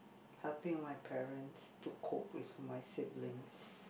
helping my parents to cook with my siblings